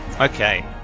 Okay